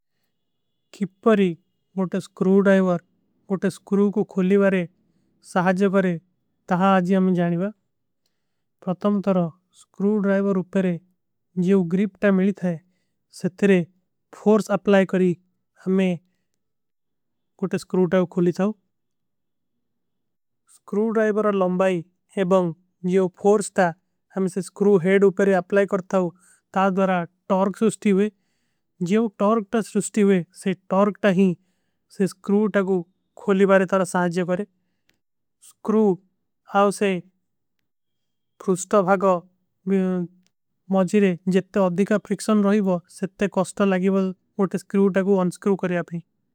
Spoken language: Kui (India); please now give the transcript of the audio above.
କିପ ପରୀ ଓଟେ ସ୍କ୍ରୂଡ୍ରାଇଵର ଓଟେ ସ୍କ୍ରୂ କୋ ଖୋଲୀ ଵାରେ ସହାଜ। ପରେ ତହାଂ ଆଜୀ ହମ ଜାନୀଵା ପରତମ ତ ସ୍କ୍ରୂଡ୍ରାଇଵର ଉପରେ ଜିଵ। ଗ୍ରିପ ଟା ମିଲୀ ଥା ସେ ତରେ ଫୋର୍ସ ଅପଲାଈ କରୀ ହମେ ଓଟେ ସ୍କ୍ରୂଡ୍ରାଇଵର। ଖୋଲୀ ଥା ସ୍କ୍ରୂଡ୍ରାଇଵର ଲଂବାଈ ଏବଂ ଜିଵ ଫୋର୍ସ ଥା ହମେ ସେ ସ୍କ୍ରୂ ହେଡ। ଉପରେ ଅପଲାଈ କରତା ହୋ ତା ଦ୍ଵରା ଟର୍କ ସୁଷ୍ଟୀ ହୁଏ ଜିଵ ଟର୍କ ତା ସୁଷ୍ଟୀ। ହୁଏ ସେ ଟର୍କ ତା ହୀ ସେ ସ୍କ୍ରୂଡ୍ରାଇଵର କୋ ଖୋଲୀ ଵାରେ ତର ସହାଜ ଜା କରେଂ। ସ୍କ୍ରୂଡ୍ରାଇଵର କୋ ଖୋଲୀ ଵାରେ ତର ସହାଜ ଜା କରେଂ।